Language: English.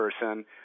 person